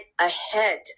ahead